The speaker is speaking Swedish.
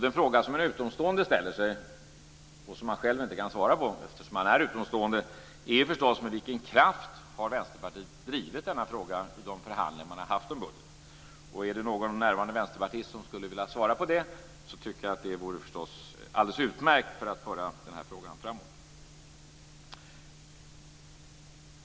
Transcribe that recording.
Den fråga som en utomstående ställer sig, och som man själv inte kan svara på eftersom man är utomstående, är förstås med vilken kraft Vänsterpartiet har drivit denna fråga i de förhandlingar man har haft om budgeten. Är det någon närvarande vänsterpartist som skulle vilja svara på det, tycker jag att det förstås vore alldeles utmärkt för att föra den här frågan framåt.